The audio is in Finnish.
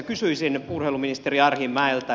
kysyisin urheiluministeri arhinmäeltä